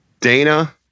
Dana